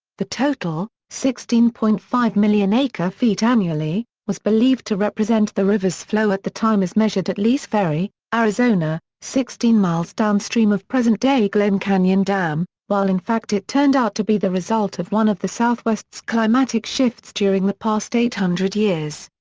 the total, sixteen point five million acre feet annually, was believed to represent the river's flow at the time as measured at lees ferry, arizona, sixteen miles downstream of present-day glen canyon dam, while in fact it turned out to be the result of one of the southwest's climatic shifts during the past eight hundred years.